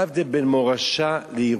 מה ההבדל בין מורשה לירושה?